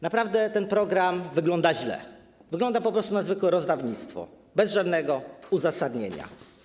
Naprawdę ten program wygląda źle, wygląda po prostu na zwykłe rozdawnictwo, bez żadnego uzasadnienia.